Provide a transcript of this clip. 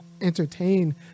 entertain